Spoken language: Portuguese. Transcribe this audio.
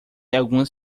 algumas